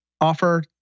offer